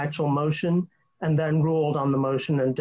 actual motion and then rolled on the motion and